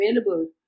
available